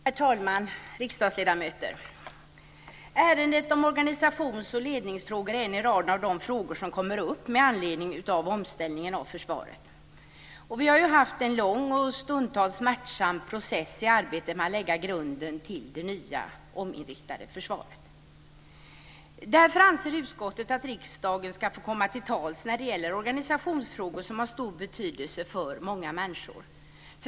Herr talman och riksdagsledamöter! Ärendet om organisations och ledningsfrågor är ett i en rad ärenden som kommer upp med anledning av omställningen av försvaret. Vi har ju haft en lång och stundtals smärtsam process i arbetet med att lägga grunden till det nya ominriktade försvaret. Därför anser utskottet att riksdagen ska få komma till tals när det gäller organisationsfrågor som har stor betydelse för många människor.